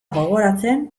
gogoratzen